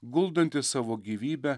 guldantis savo gyvybę